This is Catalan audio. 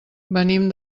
venim